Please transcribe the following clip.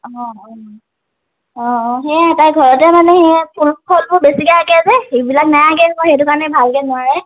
অঁ অঁ অঁ অঁ সেয়াই তাই ঘৰতে মানে সেয়া ফুল ফলবোৰ বেছিকৈ আঁকে যে ইবিলাক নাআঁকে আকৌ সেইটো কাৰণে ভালকৈ নোৱাৰে